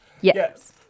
Yes